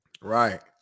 Right